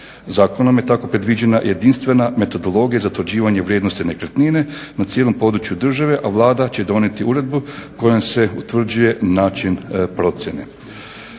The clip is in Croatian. Zakonom je tako predviđena jedinstvena metodologija za utvrđivanje vrijednosti nekretnine na cijelom području države, a Vlada će donijeti uredbu kojom se utvrđuje način procjene.